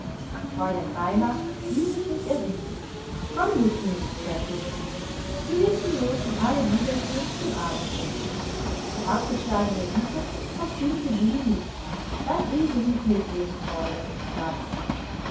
fräulein raimar ließ sich nicht erbitten komm nur kind sagte sie gütig du wirst die mädchen alle wiedersehen zum abendessen die abgeschlagene bitte verstimmte lilli nicht laß ilse mit mir gehen fräulein bat sie